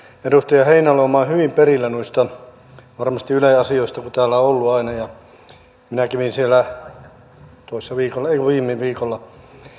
edustaja heinäluoma on varmasti hyvin perillä noista ylen asioista kun täällä on ollut aina minä kävin siellä viime viikolla